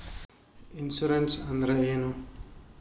Insurance ಅಂದ್ರ ಏನು?